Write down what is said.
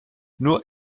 nur